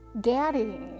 daddy